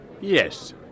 Yes